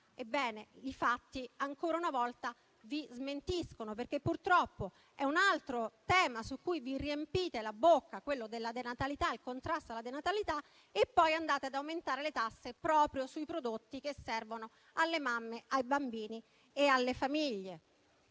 Ebbene, i fatti ancora una volta vi smentiscono, perché purtroppo vi riempite la bocca con il tema del contrasto alla denatalità, ma poi andate ad aumentare le tasse proprio sui prodotti che servono alle mamme, ai bambini e alle famiglie.